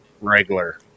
regular